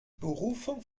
berufung